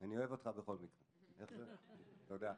תודה.